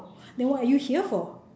then what are you here for